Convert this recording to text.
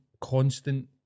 constant